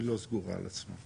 היא לא סגורה על עצמה.